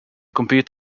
compete